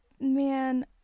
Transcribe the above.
Man